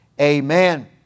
Amen